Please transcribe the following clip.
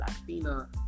Latina